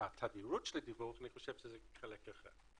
אני חושב שהתדירות של הדיווח שזה חלק אחד,